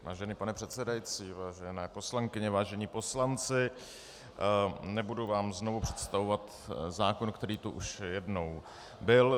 Vážený pane předsedající, vážené poslankyně, vážení poslanci, nebudu vám znovu představovat zákon, který tu už jednou byl.